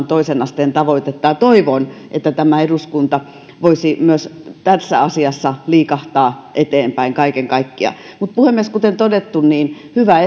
toisen asteen tavoitetta toivon että tämä eduskunta voisi myös tässä asiassa liikahtaa eteenpäin kaiken kaikkiaan puhemies kuten todettu hyvä